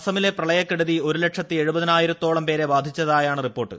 ആസമിലെ പ്രളയക്കെടുതി ഒരുലക്ഷത്തി എഴുപതിനായിരത്തോളം പേരെ ബാധിച്ചതായാണ് റിപ്പോർട്ട്